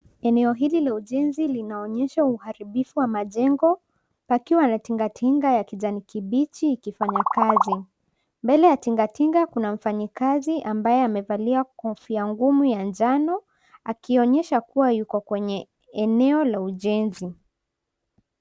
Eneo hili la ujenzi linaonyesha uharibifu wa majengo, pakiwa na tinga ya kijani kibichi ikifanya kazi. Mbele ya tinga tinga kuna mfanyikazi ambaye amevalia kofia ngumu ya njano akionyesha kuwa yuko kwenye eneo la ujenzi.